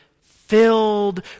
filled